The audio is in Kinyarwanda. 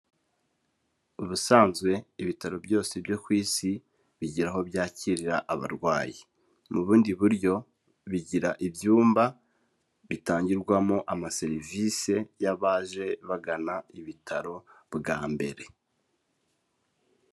Ubusanzwe ibitaro byose byo ku isi bigira aho byakirira abarwayi, mu bundi buryo bigira ibyumba bitangirwamo amaserivisi y'abaje bagana ibitaro bwa mbere.